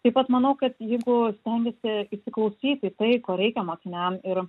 taip pat manau kad jeigu stengiesi įsiklausyti tai ko reikia mokiniam ir